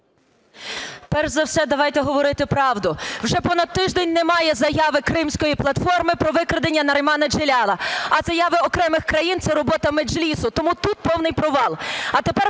Перш за все давайте говорити правду. Вже понад тиждень немає заяви Кримської платформи про викрадення Нарімана Джелялова, а заяви окремих країн – це робота Меджлісу, тому тут повний провал.